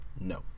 No